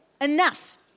enough